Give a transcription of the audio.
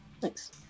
Thanks